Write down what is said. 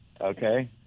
Okay